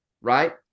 right